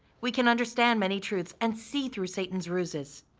we can understand many truths and see through satan's ruses.